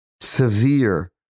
severe